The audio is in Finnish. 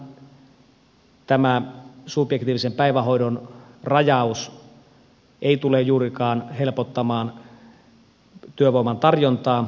tosiasiassahan tämä subjektiivisen päivähoidon rajaus ei tule juurikaan helpottamaan työvoiman tarjontaa